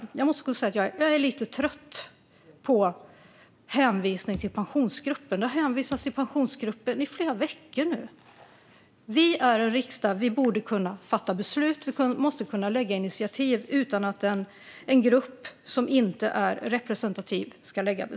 Jag är lite trött på hänvisning till Pensionsgruppen; det har hänvisats till Pensionsgruppen i flera veckor nu. Vi är en riksdag, och vi måste kunna ta initiativ och fatta beslut utan en grupp som inte är representativ.